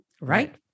Right